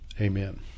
Amen